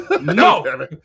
no